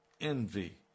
envy